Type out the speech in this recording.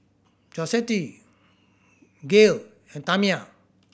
Josette Gael and Tamia